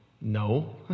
no